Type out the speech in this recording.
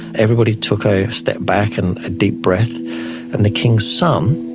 everybody took a step back and a deep breath and the king's son,